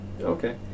okay